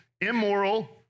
immoral